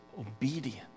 obedience